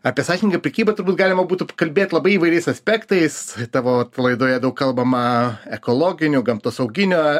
apie sąžiningą prekybą turbūt galima būtų kalbėt labai įvairiais aspektais tavo laidoje daug kalbama ekologiniu gamtosauginiu